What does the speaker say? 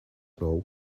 know